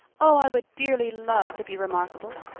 oh, i would dearly love to be remarkable.